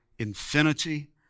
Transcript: Infinity